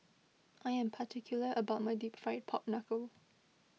I am particular about my Deep Fried Pork Knuckle